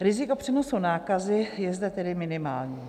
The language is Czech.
Riziko přenosu nákazy je zde tedy minimální.